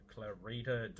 Clarita